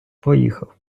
поїхав